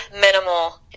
minimal